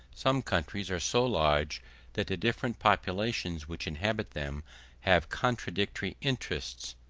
some countries are so large that the different populations which inhabit them have contradictory interests,